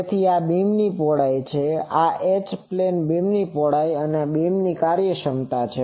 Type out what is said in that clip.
તેથી આ બીમની પહોળાઈ છે આ H પ્લેન બીમની પહોળાઈ છે અને આ બીમની કાર્યક્ષમતા છે